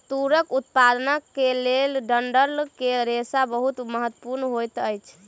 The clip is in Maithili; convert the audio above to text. तूरक उत्पादन के लेल डंठल के रेशा बहुत महत्वपूर्ण होइत अछि